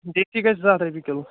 دیسی گَژھہِ زٕ ہَتھ رۄپیہِ کِلوٗ